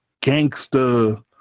gangster